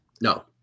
No